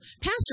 Pastor